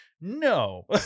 no